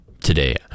today